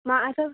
মা আছে